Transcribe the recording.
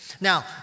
Now